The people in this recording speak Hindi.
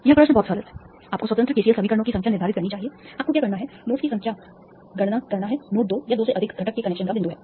यह प्रश्न बहुत सरल है आपको स्वतंत्र KCL समीकरणों की संख्या निर्धारित करनी चाहिए आपको क्या करना है नोड्स की संख्या की गणना करना है नोड दो या दो से अधिक घटक के कनेक्शन का बिंदु है